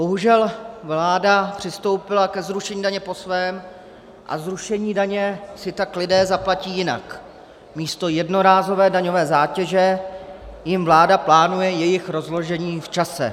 Bohužel vláda přistoupila ke zrušení daně po svém a zrušení daně si tak lidé zaplatí jinak, místo jednorázové daňové zátěže jim vláda plánuje její rozložení v čase.